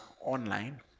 online